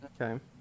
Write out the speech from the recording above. Okay